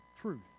truth